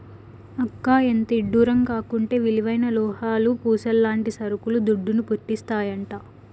అక్కా, ఎంతిడ్డూరం కాకుంటే విలువైన లోహాలు, పూసల్లాంటి సరుకులు దుడ్డును, పుట్టిస్తాయంట